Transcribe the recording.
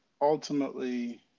ultimately